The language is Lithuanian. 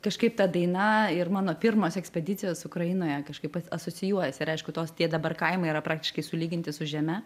kažkaip ta daina ir mano pirmos ekspedicijos ukrainoje kažkaip asocijuojas ir aišku tos tie dabar kaimai yra praktiškai sulyginti su žeme